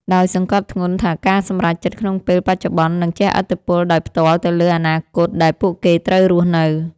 ដោយសង្កត់ធ្ងន់ថាការសម្រេចចិត្តក្នុងពេលបច្ចុប្បន្ននឹងជះឥទ្ធិពលដោយផ្ទាល់ទៅលើអនាគតដែលពួកគេត្រូវរស់នៅ។